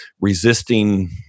resisting